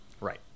Right